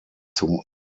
zum